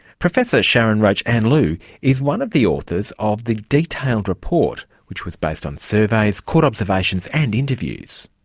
professor sharyn roach anleu is one of the authors of the detailed report which was based on surveys, court observations and interviews.